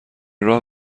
راه